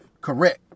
Correct